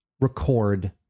record